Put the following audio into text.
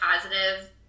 positive